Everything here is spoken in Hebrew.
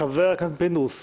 חבר הכנסת פינדרוס.